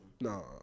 No